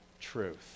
truth